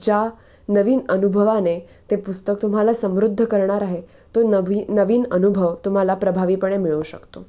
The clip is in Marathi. ज्या नवीन अनुभवाने ते पुस्तक तुम्हाला समृद्ध करणार आहे तो नवी नवीन अनुभव तुम्हाला प्रभावीपणे मिळू शकतो